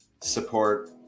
Support